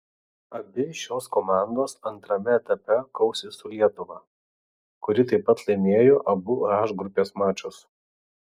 abi šios komandos antrame etape kausis su lietuva kuri taip pat laimėjo abu h grupės mačus